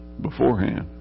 beforehand